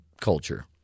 culture